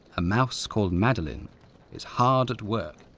a mouse called madeleine is hard at work,